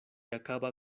acaba